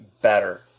better